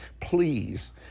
Please